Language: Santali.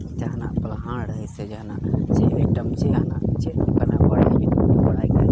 ᱡᱟᱦᱟᱱᱟᱜ ᱥᱮ ᱡᱟᱦᱟᱱᱟᱜ